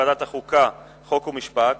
החוקה, חוק ומשפט,